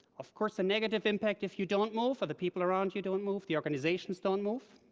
of course, the negative impact if you don't move, or the people around you don't move, the organizations don't move.